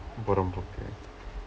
பொறம்போக்கு:porampookku